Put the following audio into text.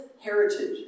heritage